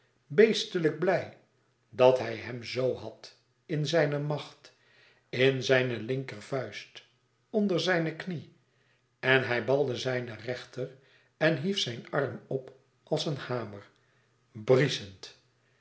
mond beestelijk blij dat hij hem zoo had in zijne macht in zijne linkervuist onder zijne knie en hij balde zijne rechter en hief zijn arm op als een hamer brieschend